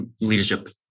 leadership